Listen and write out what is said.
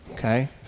Okay